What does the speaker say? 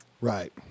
Right